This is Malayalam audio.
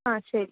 ആ ശരി